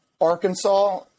Arkansas